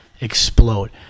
explode